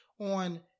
on